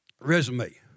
resume